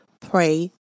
pray